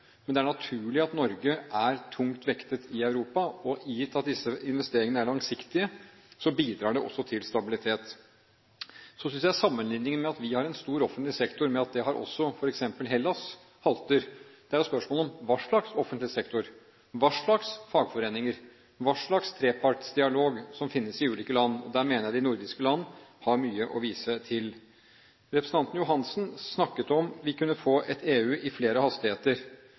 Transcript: men det er naturlig at Norge er tungt vektet i Europa, og gitt at disse investeringene er langsiktige, bidrar det også til stabilitet. Så synes jeg sammenligningen med at vi har en stor offentlig sektor, og det har også f.eks. Hellas, halter. Det er jo spørsmål om hva slags offentlig sektor, hva slags fagforeninger, hva slags trepartsdialog som finnes i ulike land – og her mener jeg de nordiske land har mye å vise til. Representanten Irene Johansen snakket om hvorvidt vi kunne få et EU i flere hastigheter.